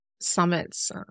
summits